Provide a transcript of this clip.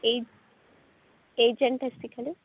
age agent अस्ति खलु